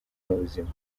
n’ubuzima